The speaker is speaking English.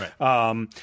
Right